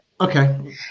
Okay